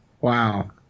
Wow